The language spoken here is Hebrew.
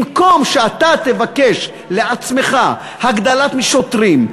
במקום שאתה תבקש לעצמך הגדלת מספר השוטרים,